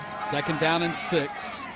second down and six.